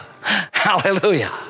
Hallelujah